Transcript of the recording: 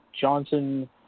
Johnson